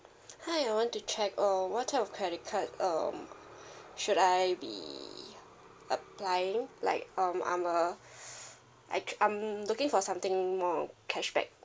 hi I want to check uh what type of credit card um should I be applying like um I'm a actua~ I'm looking for something more on cashback